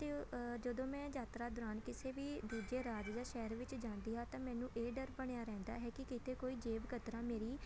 ਅਤੇ ਜਦੋਂ ਮੈਂ ਯਾਤਰਾ ਦੌਰਾਨ ਕਿਸੇ ਵੀ ਦੂਜੇ ਰਾਜ ਜਾਂ ਸ਼ਹਿਰ ਵਿੱਚ ਜਾਂਦੀ ਹਾਂ ਤਾਂ ਮੈਨੂੰ ਇਹ ਡਰ ਬਣਿਆ ਰਹਿੰਦਾ ਹੈ ਕਿ ਕਿਤੇ ਕੋਈ ਜੇਬ ਕਤਰਾ ਮੇਰੀ